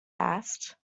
asked